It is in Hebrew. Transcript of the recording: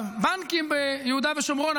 הבנקים ביהודה ושומרון,